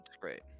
great